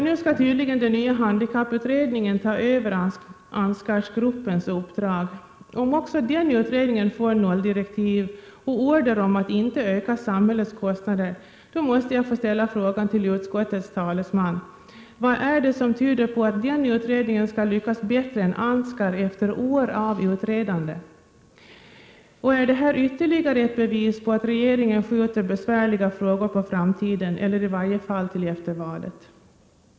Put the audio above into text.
Nu skall tydligen den nya handikapputredningen ta över Ansgargruppens uppdrag. Om också den utredningen får nolldirektiv och order om att inte öka samhällets kostnader, då måste jag fråga utskottets talesman: Vad är det som tyder på att den utredningen skall lyckas bättre än Ansgargruppen efter år av utredande? Och är det här ytterligare ett bevis på att regeringen skjuter besvärliga frågor på framtiden eller i varje fall till efter valet?